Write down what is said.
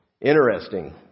Interesting